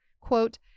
quote